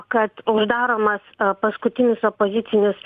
kad uždaromas paskutinis opozicinis